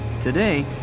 Today